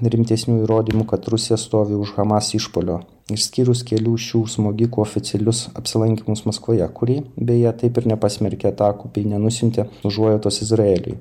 rimtesnių įrodymų kad rusija stovi už hamas išpuolio išskyrus kelių šių smogikų oficialius apsilankymus maskvoje kuri beje taip ir nepasmerkė atakų bei nenusiuntė užuojautos izraeliui